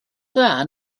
dda